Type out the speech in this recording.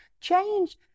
change